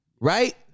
right